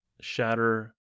shatter